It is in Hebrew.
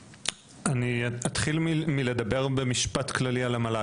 אני אתחיל מלדבר במשפט כללי על המועצה להשכלה גבוהה,